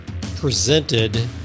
presented